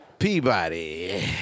Peabody